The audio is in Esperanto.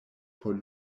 por